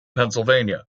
pennsylvania